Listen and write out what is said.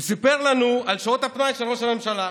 הוא סיפר לנו על שעות הפנאי של ראש הממשלה.